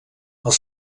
els